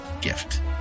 gift